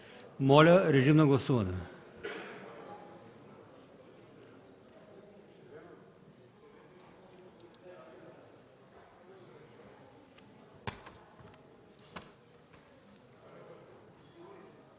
Моля, режим на гласуване